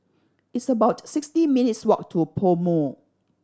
it's about sixty minutes' walk to PoMo